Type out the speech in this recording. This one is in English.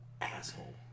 Asshole